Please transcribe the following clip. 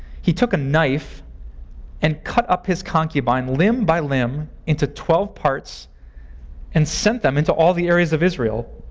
he took a knife and cut up his concubine, limb by limb, into twelve parts and sent them into all the areas of israel.